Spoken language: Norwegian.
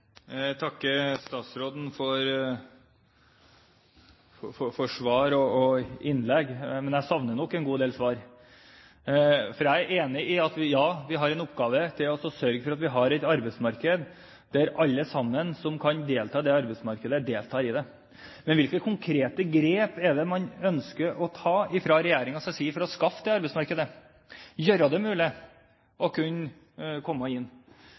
Jeg takker statsråden for innlegget, men jeg savner nok en god del svar. Jeg er enig i at ja, vi har en oppgave i å sørge for at vi har et arbeidsmarked der alle som kan delta, deltar. Men hvilke konkrete grep er det man ønsker å ta fra regjeringens side for å skaffe det arbeidsmarkedet, gjøre det mulig å kunne komme inn?